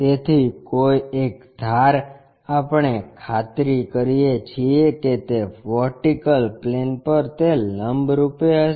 તેથી કોઈ એક ધાર આપણે ખાતરી કરીએ છીએ કે તે વર્ટિકલ પ્લેન પર તે લંબરૂપ હશે